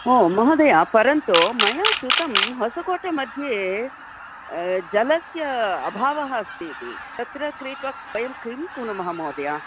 ओ महोदय परन्तु मया श्रुतं होसकोटमध्ये जलस्य अभावः अस्ति इति तत्र क्रीत्वा वयं किं कुर्मः महोदय